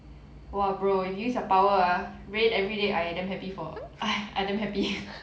!wah! bro if you use your power ah rain everyday I damn happy for~ I damn happy